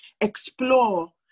explore